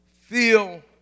feel